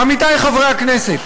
עמיתי חברי הכנסת,